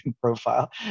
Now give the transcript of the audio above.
profile